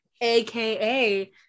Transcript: aka